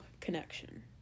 connection